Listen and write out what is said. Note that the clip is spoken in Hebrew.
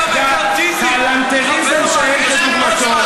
כלנתריזם שאין כדוגמתו.